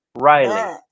Riley